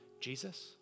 Jesus